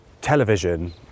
television